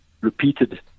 repeated